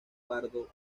pardo